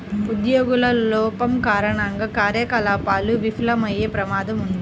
ఉద్యోగుల లోపం కారణంగా కార్యకలాపాలు విఫలమయ్యే ప్రమాదం ఉంది